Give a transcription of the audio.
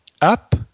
up